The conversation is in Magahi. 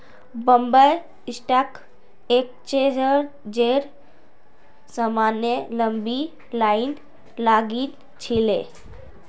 बॉम्बे स्टॉक एक्सचेंजेर सामने लंबी लाइन लागिल छिले